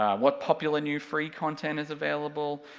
what popular new free content is available,